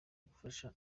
gufasha